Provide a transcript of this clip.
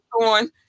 on